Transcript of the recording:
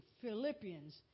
Philippians